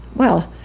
well,